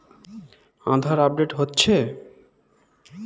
আধার update হচ্ছে?